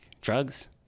Drugs